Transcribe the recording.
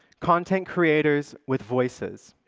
content creators with voices.